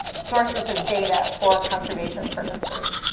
sources of data for conservation purposes.